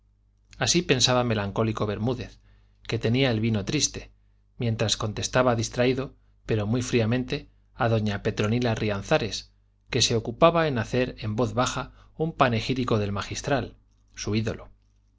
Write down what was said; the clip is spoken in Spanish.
así pensaba melancólico bermúdez que tenía el vino triste mientras contestaba distraído pero muy fríamente a doña petronila rianzares que se ocupaba en hacer en voz baja un panegírico del magistral su ídolo